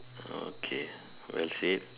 okay well said